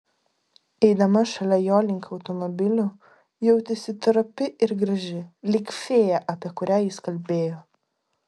eidama šalia jo link automobilio jautėsi trapi ir graži lyg fėja apie kurią jis kalbėjo